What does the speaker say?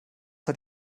hat